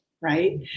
right